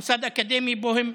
המוסד האקדמי שבו הם,